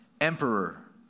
emperor